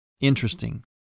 interesting